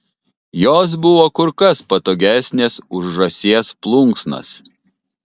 jos buvo kur kas patogesnės už žąsies plunksnas